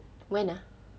when ah